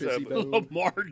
Lamar